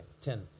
ten